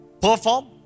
Perform